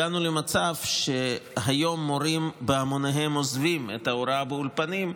הגענו למצב שהיום מורים עוזבים בהמוניהם את ההוראה באולפנים,